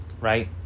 Right